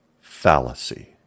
Fallacy